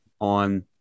on